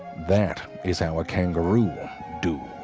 that is how a kangaroo do.